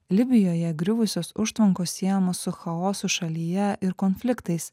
libijoje griuvusios užtvankos siejamos su chaosu šalyje ir konfliktais